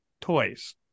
toys